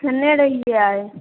खेने रहियै आइ